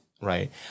Right